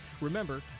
remember